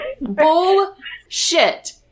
Bullshit